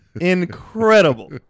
Incredible